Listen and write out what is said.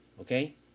Okay